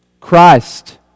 Christ